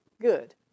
good